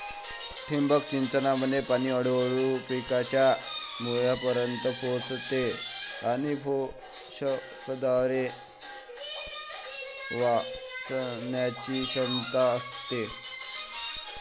ठिबक सिंचनामध्ये पाणी हळूहळू पिकांच्या मुळांपर्यंत पोहोचते आणि पोषकद्रव्ये वाचवण्याची क्षमता असते